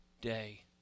day